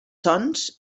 sons